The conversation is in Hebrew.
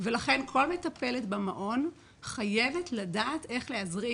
ולכן כל מטפלת במעון חייבת לדעת איך להזריק.